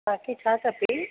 तव्हांखे छा खपे